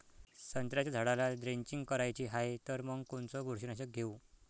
संत्र्याच्या झाडाला द्रेंचींग करायची हाये तर मग कोनच बुरशीनाशक घेऊ?